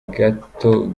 gato